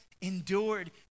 endured